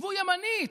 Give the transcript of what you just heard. עזבו ימנית,